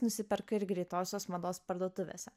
nusiperka ir greitosios mados parduotuvėse